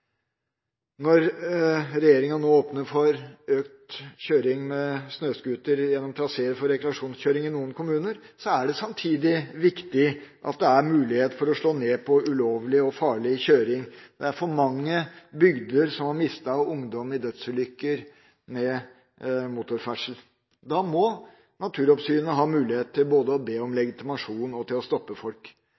Når regjeringa nå åpner for økt kjøring med snøskuter gjennom traseer for rekreasjonskjøring i noen kommuner, er det samtidig viktig at det gis mulighet for å slå ned på ulovlig og farlig kjøring. Det er for mange bygder som har mistet ungdom i dødsulykker med motorferdsel. Naturoppsynet må ha mulighet både til å be om legitimasjon og til å stoppe folk,